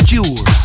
Cure